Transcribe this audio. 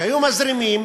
היו מזרימים